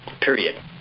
Period